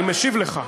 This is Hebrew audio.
שנייה, אני משיב לך.